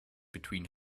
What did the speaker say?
between